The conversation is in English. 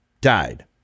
died